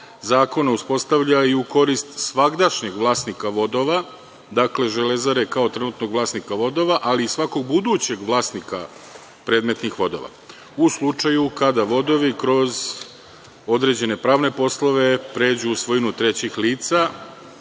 zakona uspostavljaju u korist svagdašnjeg vlasnika vodova, dakle Železare kao trenutnog vlasnika vodova, ali i svakog budućeg vlasnika predmednih vodova u slučaju kada vodovi kroz određen pravne poslove pređu u svojinu trećih lica